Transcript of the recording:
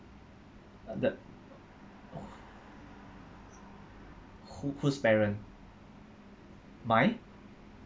uh the who~ whose parent mine